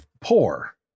poor